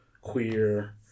queer